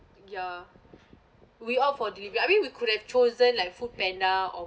ya we opt for delivery I mean we could have chosen like foodpanda or